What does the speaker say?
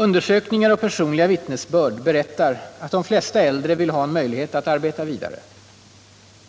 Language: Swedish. Undersökningar och personliga vittnesbörd berättar att de flesta äldre vill ha möjlighet att arbeta vidare.